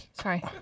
Sorry